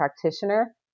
practitioner